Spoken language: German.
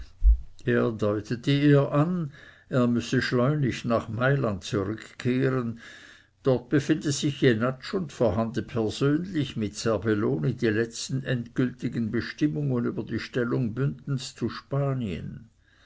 er deutete ihr an er müsse schleunig nach mailand zurückkehren dort befinde sich jenatsch und verhandle persönlich mit serbelloni die letzten endgültigen bestimmungen über die stellung bündens zu spanien